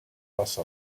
face